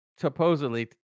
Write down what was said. supposedly